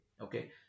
okay